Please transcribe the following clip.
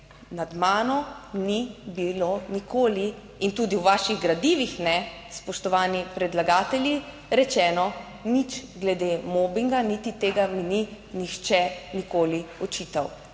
nad mano ni bilo nikoli in tudi v vaših gradivih ne, spoštovani predlagatelji, rečeno nič glede mobinga, niti tega mi ni nihče nikoli očital,